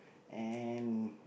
and